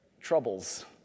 troubles